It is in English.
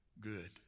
good